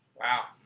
Wow